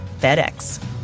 FedEx